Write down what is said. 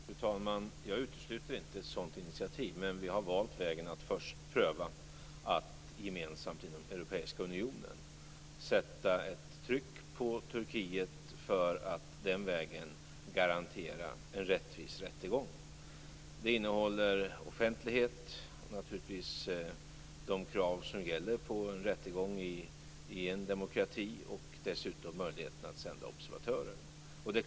Fru talman! Jag utesluter inte ett sådant initiativ, men vi har valt vägen att först pröva att gemensamt inom Europeiska unionen sätta ett tryck på Turkiet för att den vägen garantera en rättvis rättegång. Det innehåller offentlighet och naturligtvis de krav som gäller för en rättegång i en demokrati och dessutom möjligheterna att sända observatörer.